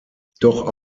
doch